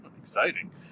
Exciting